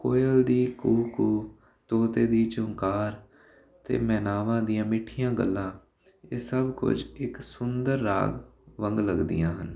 ਕੋਇਲ ਦੀ ਕੂ ਕੂ ਤੋਤੇ ਦੀ ਚੁੰਕਾਰ ਅਤੇ ਮੈਨਾਵਾਂ ਦੀਆਂ ਮਿੱਠੀਆਂ ਗੱਲਾਂ ਇਹ ਸਭ ਕੁਝ ਇੱਕ ਸੁੰਦਰ ਰਾਗ ਵਾਂਗ ਲੱਗਦੀਆਂ ਹਨ